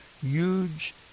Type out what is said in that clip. huge